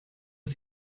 das